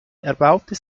erbaute